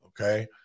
Okay